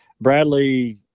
Bradley